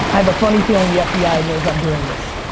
have a funny feeling the fbi knows i'm doing this.